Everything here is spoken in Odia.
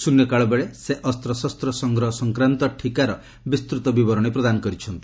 ଶ୍ରନ୍ୟକାଳ ବେଳେ ସେ ଅସ୍ତ୍ରଶସ୍ତ ସଂଗ୍ରହ ସଂକ୍ରାନ୍ତ ଠିକାର ବିସ୍ତୁତ ବିବରଣୀ ପ୍ରଦାନ କରିଛନ୍ତି